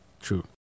true